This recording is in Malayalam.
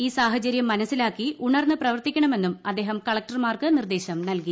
ഈ സാഹചരൃം മനസ്സിലാക്കി ഉണർന്ന് പ്രവർത്തിക്കണ്ട്മെന്നും അദ്ദേഹം കലക്ടർമാർക്ക് നിർദേശം നൽകി